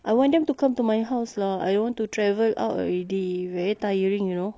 I want them to come to my house lah I don't want to travel out already very tiring you know